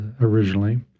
originally